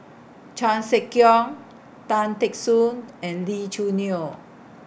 Chan Sek Keong Tan Teck Soon and Lee Choo Neo